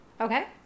okay